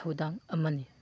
ꯊꯧꯗꯥꯡ ꯑꯃꯅꯤ